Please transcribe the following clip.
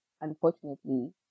unfortunately